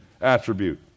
attribute